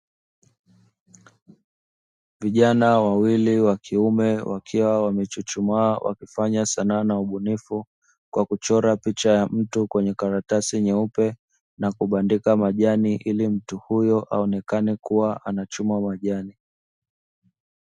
Vijana wawili wa kiume wakiwa wamechuchumaa wakifanya sanaa na ubunifu, kwa kuchora picha ya mtu kwenye karatasi nyeupe na kubandika majani ili mtu huyo aonekane kuwa anachuma majani.